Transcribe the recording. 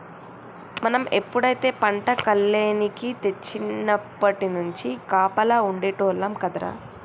మనం ఎప్పుడైతే పంట కల్లేనికి తెచ్చినప్పట్నుంచి కాపలా ఉండేటోల్లం కదరా